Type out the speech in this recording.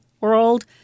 world